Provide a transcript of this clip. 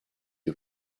you